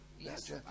Yes